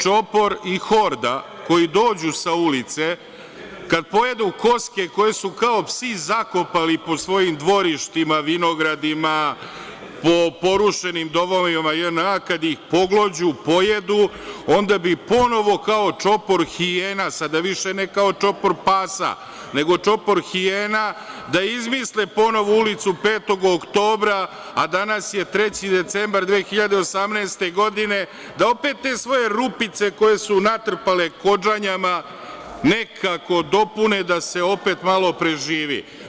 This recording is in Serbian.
Čopor i horda koji dođu sa ulice, kada pojedu koske koje su kao psi zakopali po svojim dvorištima, vinogradima, po porušenim domovima JNA, kada ih poglođu, pojedu, onda bi ponovo, kao čopor hijena, sada više ne kao čopor pasa, nego čopor hijena da izmisle ponovo ulicu 5. oktobra, a danas je 3. decembar 2018. godine, da opet te svoje rupice, koje su natrpale kodžanjama, nekako dopune, da se opet malo preživi.